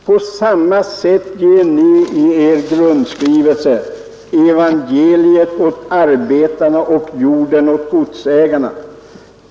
På samma sätt ger ni i eder rundskrivelse evangeliet åt arbetarne och jorden åt godsägarne.